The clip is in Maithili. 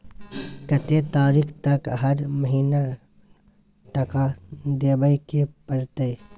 कत्ते तारीख तक हर महीना टका देबै के परतै?